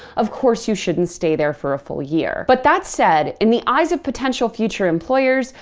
of course, you shouldn't stay there for a full year. but that said, in the eyes of potential future employers,